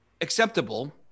acceptable